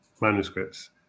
manuscripts